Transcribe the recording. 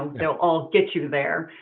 they'll all get you there.